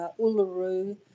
Uluru